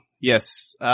Yes